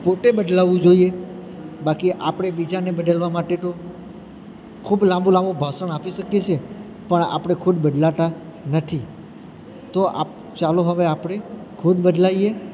પોતે બદલાવું જોઈએ બાકી આપણે બીજાને બદલવા માટે તો ખૂબ લાંબુ લાંબુ ભાષણ આપી શકીએ છીએ પણ આપણે ખુદ બદલાતા નથી તો આપ ચાલો હવે આપણે ખુદ બદલાઈએ